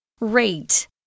Rate